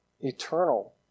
eternal